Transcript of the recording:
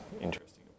interesting